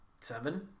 seven